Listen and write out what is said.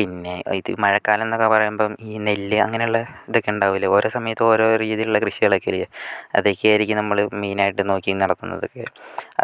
പിന്നെ ഇത് മഴ കാലം എന്നെല്ലാം പറയുമ്പോൾ ഈ നെല്ല് അങ്ങനെയുള്ള ഇതൊക്കെ ഉണ്ടാവില്ലെ ഓരോ സമയത്ത് ഓരോ രീതിയില് ഉള്ള കൃഷികളൊക്കെ ഇല്ലേ അതൊക്കെ ആയിരിക്കും നമ്മള് മെയിന് ആയിട്ടും നോക്കി നടത്തുന്നത്